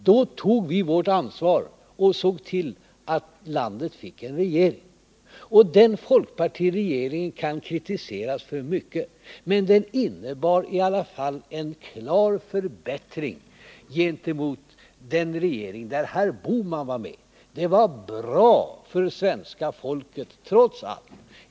Då tog vi vårt ansvar och såg till att landet fick en regering. Den folkpartiregeringen kan kritiseras för mycket, men den innebar i alla fall en klar förbättring gentemot den regering där herr Bohman var med. Det var bra för svenska folket, trots allt.